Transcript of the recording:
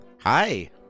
Hi